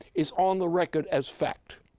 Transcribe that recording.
is on the record as fact.